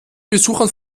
besuchern